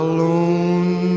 Alone